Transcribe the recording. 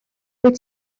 wyt